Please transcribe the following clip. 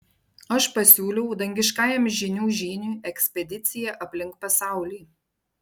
aš pasiūliau dangiškajam žynių žyniui ekspediciją aplink pasaulį